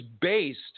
based